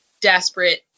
desperate